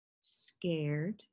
scared